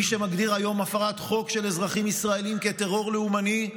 מי שמגדיר היום הפרת חוק של אזרחים ישראלים כטרור לאומני,